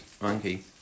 monkey